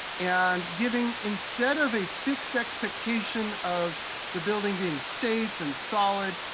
and giving instead of a fixed expectation of the building being safe and solid,